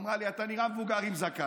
אמרה לי: אתה נראה מבוגר עם זקן.